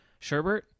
Sherbert